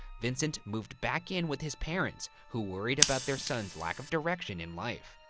vincent moved back in with his parents, who worried about their son's lack of direction in life.